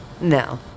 No